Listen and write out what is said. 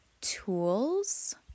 tools